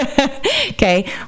Okay